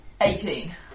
Eighteen